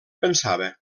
pensava